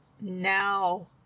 now